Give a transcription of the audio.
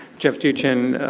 jeff duchin,